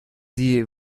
sie